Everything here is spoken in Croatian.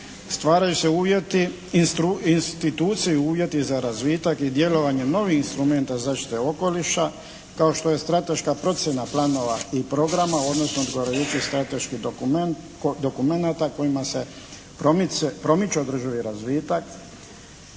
Stvaraju se uvjeti, institucije i uvjeti za razvitak i djelovanje novih instrumenta zaštite okoliša, kao što je strateška procjena planova i programa, odnosno … /Govornik se ne razumije./ … strateških dokumenata kojima se promiče održivi razvitak.